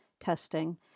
testing